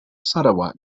sarawak